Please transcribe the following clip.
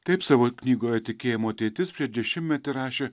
taip savo knygoje tikėjimo ateitis prieš dešimtmetį rašė